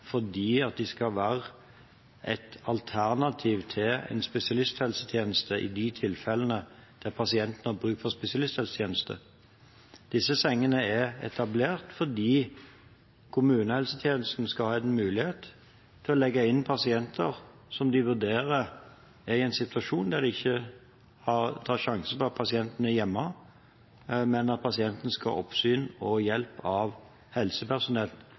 fordi de skal være et alternativ til en spesialisthelsetjeneste i de tilfellene der pasienten har bruk for spesialisthelsetjeneste. Disse sengene er etablert fordi kommunehelsetjenesten skal ha en mulighet til å legge inn pasienter som de vurderer er i en situasjon der de ikke tar sjansen på at pasienten er hjemme, men at pasienten skal ha oppsyn og hjelp av helsepersonell